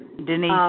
Denise